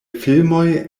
filmoj